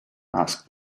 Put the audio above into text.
asked